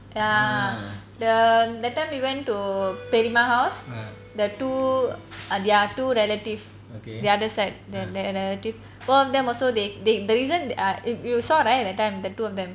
ya the that time we went to பெரியம்மா:periyaama house the two ah there are two relative the other side th~ th~ the relative one of them also they they the reason ah if you saw right that time the two of them